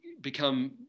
become